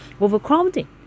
overcrowding